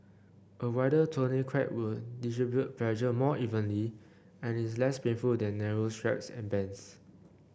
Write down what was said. a wider tourniquet will distribute pressure more evenly and is less painful than narrow straps and bands